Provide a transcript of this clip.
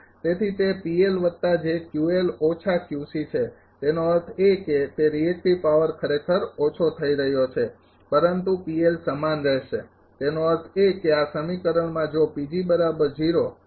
તેથી તે છે તેનો અર્થ એ કે તે રિએક્ટિવ પાવર ખરેખર ઓછો થઈ રહ્યો છે પરંતુ સમાન રહેશે તેનો અર્થ એ કે આ સમીકરણમાં જો આ સમીકરણમાં અને તમને આ એક મળશે